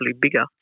bigger